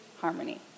harmony